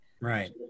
Right